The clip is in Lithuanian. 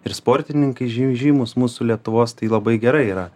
ir sportininkai žy žymus mūsų lietuvos tai labai gerai yra